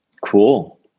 Cool